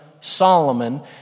Solomon